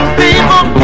people